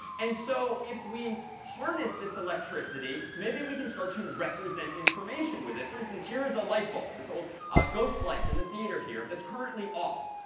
and so if we harness this electricity, maybe we can start to represent information with it. for instance, here is a light bulb, this old ghost light in the theater here that's currently off.